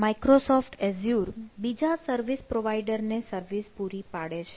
Microsoft Azure બીજા service provider ને service પૂરી પાડે છે